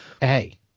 Hey